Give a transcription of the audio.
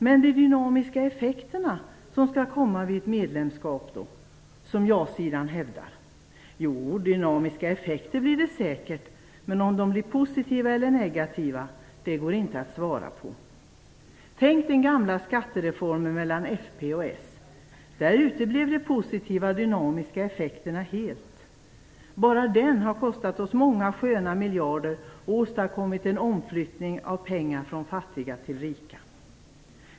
Men de dynamiska effekterna då, som ja-sidan hävdar skall komma vid ett medlemskap? Jo, dynamiska effekter blir det säkert, men om de blir positiva eller negativa går inte att svara på. Tänk på den gamla skattereformen mellan Folkpartiet och Socialdemokraterna. Där uteblev de positiva dynamiska effekterna helt. Bara den har kostat oss många sköna miljarder och åstadkommit en omflyttning av pengar från fattiga till rika.